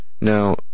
Now